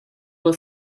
will